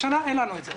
השנה אין לנו את זה.